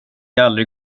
aldrig